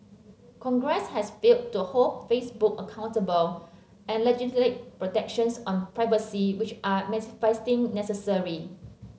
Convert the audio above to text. congress has failed to hold Facebook accountable and legislate protections on privacy which are manifestly necessary